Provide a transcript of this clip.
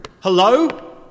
Hello